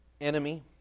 enemy